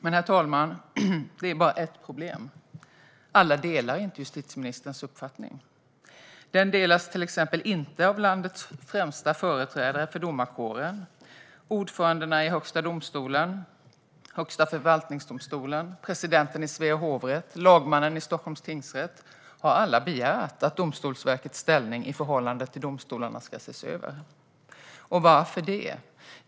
Men det finns dock ett problem, herr talman: Alla delar inte justitieministerns uppfattning. Den delas exempelvis inte av landets främsta företrädare för domarkåren. Ordförandena i Högsta domstolen och Högsta förvaltningsdomstolen, presidenten i Svea hovrätt och lagmannen i Stockholms tingsrätt har begärt att Domstolsverkets ställning i förhållande till domstolarna ska ses över. Och varför det?